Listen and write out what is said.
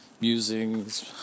musings